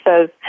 says